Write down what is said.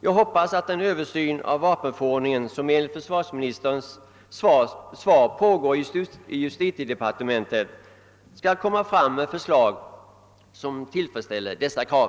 Jag hoppas att den översyn av vapenförordningen som enligt svaret för närvarande pågår i justitiedepartementet skall utmynna i förslag som tillfredsställer dessa krav.